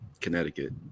Connecticut